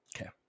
Okay